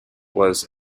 was